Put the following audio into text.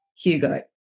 Hugo